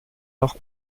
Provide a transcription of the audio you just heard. noch